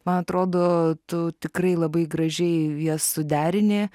man atrodo tu tikrai labai gražiai jas suderini